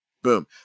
Boom